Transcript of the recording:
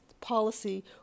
policy